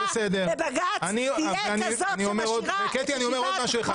לבג"ץ תהיה כזו שמשאירה את חומש במקומה.